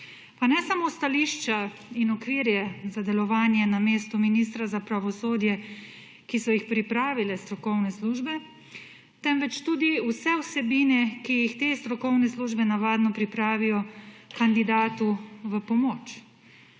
Pa ne samo stališča in okvirje za delovanje na mestu ministra za pravosodje, ki so jih pripravile strokovne službe, temveč tudi vse vsebine, ki jih te strokovne službe navadno pripravijo kandidatu v pomoč,